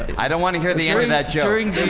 i don't want to hear the airing that during